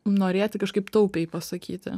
norėti kažkaip taupiai pasakyti